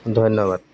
ধন্যবাদ